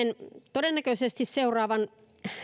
todennäköisesti seuraavan